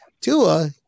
Tua